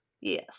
Yes